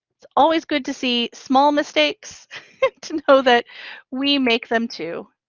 it's always good to see small mistakes to know that we make them too.